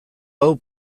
hau